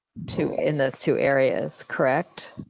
to in those two areas, correct?